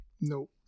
nope